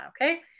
Okay